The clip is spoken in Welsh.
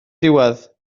diwedd